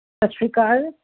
ਸਤਿ ਸ਼੍ਰੀ ਅਕਾਲ